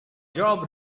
job